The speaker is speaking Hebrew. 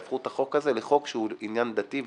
יהפכו את החוק הזה לחוק שהוא עניין דתי,